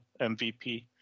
MVP